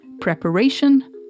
preparation